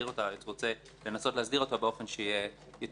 והיועץ רוצה לנסות להסדירה באופן שיהיה יותר פשוט